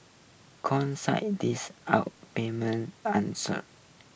consider this our payment answered